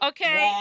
Okay